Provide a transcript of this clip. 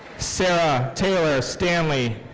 sarah taylor stanley.